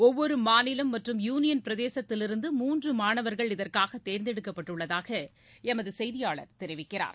ஒவ்வொரு மாநிலம் மற்றும் யூனியன் பிரதேசத்தில் இருந்து மூன்று மாணவர்கள் இதற்காக தேர்ந்தெடுக்கப்பட்டுள்ளதாக எமது செய்தியாளர் தெரிவிக்கிறார்